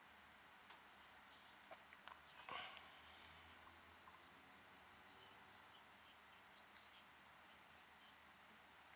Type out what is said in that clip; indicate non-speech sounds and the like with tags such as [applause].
[breath]